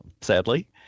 Sadly